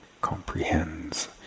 comprehends